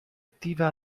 attiva